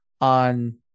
on